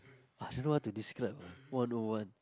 I don't know what to describe ah what no one